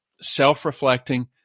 self-reflecting